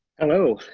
hello.